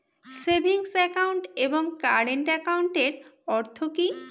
Savings account এবং current একাউন্টের অর্থ কি?